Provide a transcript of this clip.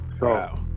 Wow